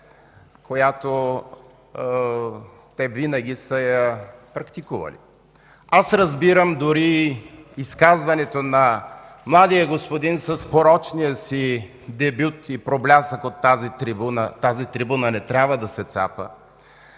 която те винаги са я практикували. Аз разбирам дори изказването на младия господин с порочния си дебют и проблясък от тази трибуна. Тази трибуна не трябва да се цапа,